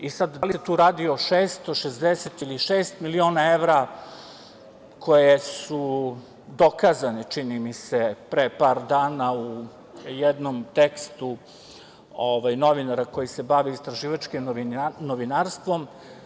I sada da li se tu radi o 660 ili šest miliona evra koje su dokazane, čini mi se pre par dana u jednom tekstu novinara koji se bave istraživačkim novinarstvom.